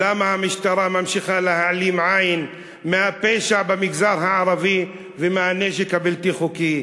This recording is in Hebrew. למה המשטרה ממשיכה להעלים עין מהפשע במגזר הערבי ומהנשק הבלתי-חוקי?